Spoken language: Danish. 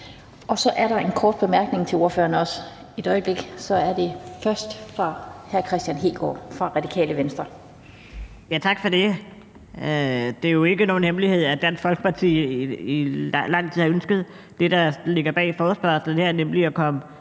Så er der en kort bemærkning til ordføreren fra hr. Kristian Hegaard, Radikale Venstre. Kl. 17:26 Kristian Hegaard (RV): Tak for det. Det er jo ikke nogen hemmelighed, at Dansk Folkeparti i lang tid har ønsket det, der ligger bag forespørgslen her, nemlig at komme